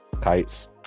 Kites